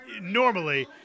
Normally